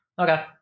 Okay